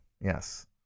Yes